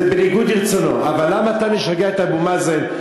זה בניגוד לרצונו, אבל למה אתה משגע את אבו מאזן?